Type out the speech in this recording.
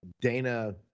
Dana